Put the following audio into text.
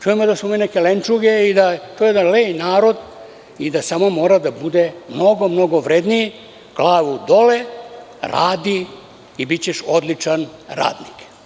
Čujemo da smo mi lenčuge, i da lenj narod i da samo mora da bude mnogo, mnogo vredniji, glavu dole, radi i bićeš odličan radnik.